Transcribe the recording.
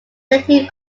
native